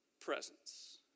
presence